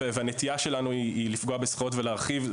והנטייה שלנו היא לפגוע בזכויות ולהרחיב.